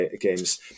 games